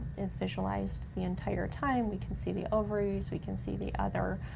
is visualized the entire time, we can see the ovaries, we can see the other